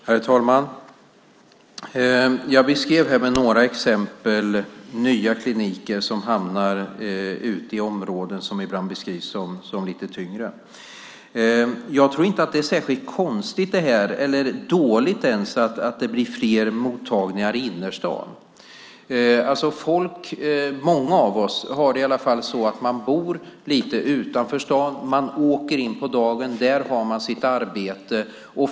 Herr talman! Jag beskrev med några exempel nya kliniker som hamnar ute i områden som ibland beskrivs som lite tyngre. Jag tror inte att det är särskilt konstigt eller ens dåligt att det blir fler mottagningar i innerstaden. Många bor lite utanför staden och åker in till sitt arbete på dagen.